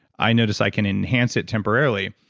i notice i can enhance it temporarily.